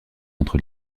entre